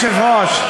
אדוני היושב-ראש,